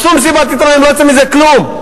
עשו מסיבת עיתונאים, לא יצא מזה כלום.